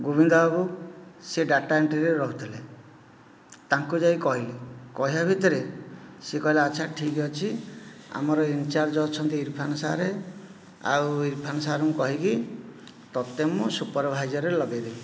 ଗୋବିନ୍ଦ ବାବୁ ସେ ଡାଟା ଏଣ୍ଟ୍ରିରେ ରହିଥିଲେ ତାଙ୍କୁ ଯାଇ କହିଲି କହିବା ଭିତରେ ସେ କହିଲେ ଆଚ୍ଛା ଠିକ୍ ଅଛି ଆମର ଇନ୍ ଚାର୍ଜ ଅଛନ୍ତି ଇରଫାନ୍ ସାର୍ ଆଉ ଇରଫାନ୍ ସାର୍ଙ୍କୁ କହିକି ତୋତେ ମୁଁ ସୁପରଭାଇଜରରେ ଲଗେଇଦେବି